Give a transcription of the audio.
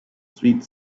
sweet